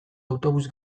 autobus